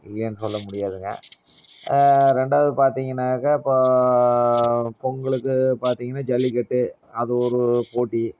இல்லைனு சொல்ல முடியாதுங்க ரெண்டாவது பார்த்தீங்கனாக்கா இப்போ பொங்கலுக்கு பார்த்தீங்கன்னா ஜல்லி கட்டு அது ஒரு போட்டி